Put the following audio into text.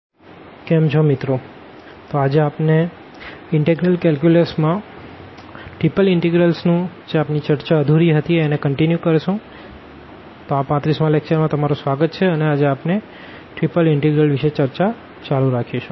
તો આ 35 માં લેકચર માં તમારું સ્વાગત છે અને આજે આપણે ત્રિપલ ઇનટેગ્રલ્સ વિષે ચર્ચા ચાલુ રાખીશું